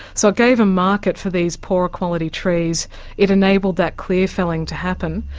so it gave a market for these poorer quality trees it enabled that clear felling to happen.